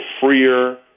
freer